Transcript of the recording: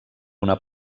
una